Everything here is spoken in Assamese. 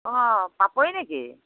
অঁ পাপৰি নেকি